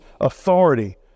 authority